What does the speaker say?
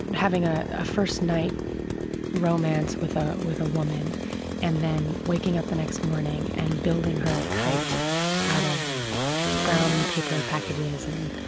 and having ah a first-night romance with ah with a woman and then waking up the next morning and building her a kite out of brown paper packages and